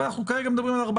וגם על כל